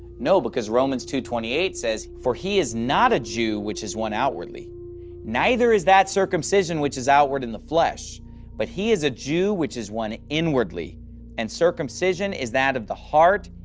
no, because romans two twenty eight says, for he is not a jew, which is one outwardly neither is that circumcision, which is outward in the flesh but he is a jew, which is one inwardly and circumcision is that of the heart,